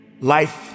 Life